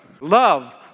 love